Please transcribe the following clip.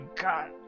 god